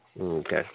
Okay